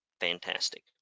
fantastic